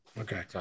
okay